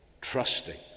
trusting